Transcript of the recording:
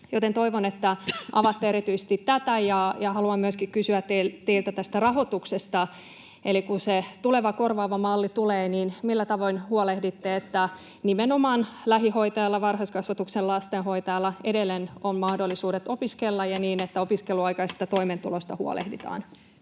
Toivon, että avaatte erityisesti tätä. Haluan myöskin kysyä teiltä rahoituksesta. Eli kun se tuleva, korvaava malli tulee, niin millä tavoin huolehditte, että nimenomaan lähihoitajalla ja varhaiskasvatuksen lastenhoitajalla edelleen on mahdollisuudet opiskella ja niin, että opiskeluaikaisesta toimeentulosta huolehditaan?